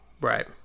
Right